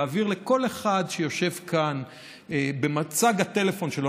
להעביר לכל אחד שיושב כאן בצג הטלפון שלו,